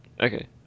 Okay